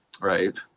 Right